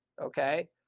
Okay